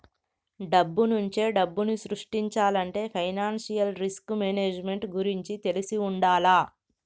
డబ్బునుంచే డబ్బుని సృష్టించాలంటే ఫైనాన్షియల్ రిస్క్ మేనేజ్మెంట్ గురించి తెలిసి వుండాల